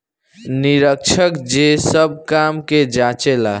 निरीक्षक जे सब काम के जांचे ला